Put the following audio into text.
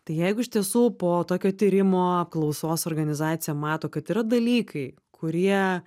tai jeigu iš tiesų po tokio tyrimo apklausos organizacija mato kad yra dalykai kurie